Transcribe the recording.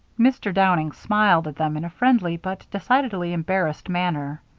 mr. downing smiled at them in a friendly but decidedly embarrassed manner.